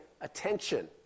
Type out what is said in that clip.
attention